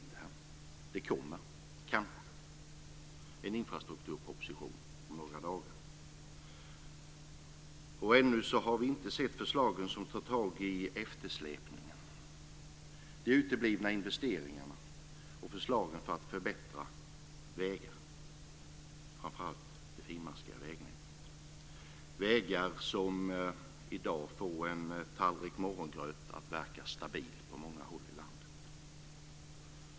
Det kommer kanske en infrastrukturproposition om några dagar, och ännu har vi inte sett de förslag som innebär att man tar tag i eftersläpningar, uteblivna investeringar och förbättring av vägar, framför allt det finmaskiga vägnätet. Det är fråga om vägar som i dag på många håll i landet får en tallrik morgongröt att verka stabil.